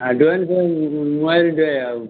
അഡ്വാൻസൊരു മൂവായിരം രൂപയാവും